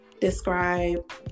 describe